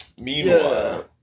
Meanwhile